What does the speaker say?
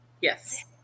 yes